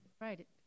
Right